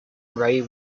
ray